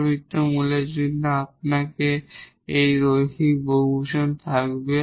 repeated রুটের জন্য আপনার এই লিনিয়ার পলিনোমিয়াল থাকবে